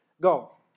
Go